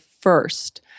first